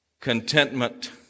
contentment